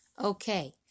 Okay